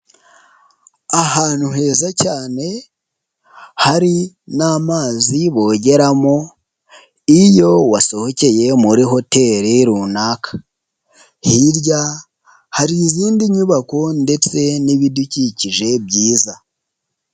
Ahantu heza cyane hari n'amazi bogeramo iyo wasohokeye muri hoteli runaka, hirya hari izindi nyubako ndetse n'ibidukikije byiza.